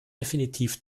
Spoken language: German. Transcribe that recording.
definitiv